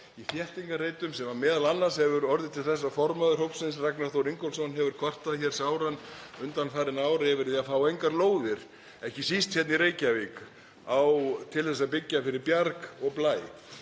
í þéttingarreitum sem m.a. hefur orðið til þess að formaður hópsins, Ragnar Þór Ingólfsson, hefur kvartað sáran undanfarin ár yfir því að fá engar lóðir, ekki síst hérna í Reykjavík, til þess að byggja fyrir Bjarg og Blæ.